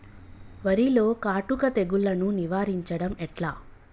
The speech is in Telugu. వరిలో కాటుక తెగుళ్లను నివారించడం ఎట్లా?